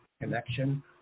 connection